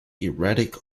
erratic